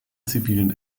zivilen